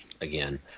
again